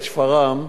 את שפרעם,